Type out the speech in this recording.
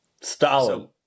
Stalin